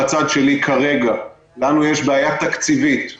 מהצד שלי כרגע לנו יש בעיה תקציבית והערכה,